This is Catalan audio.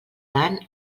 tant